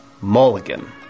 mulligan